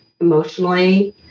emotionally